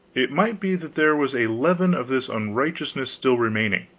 it might be that there was a leaven of this unrighteousness still remaining.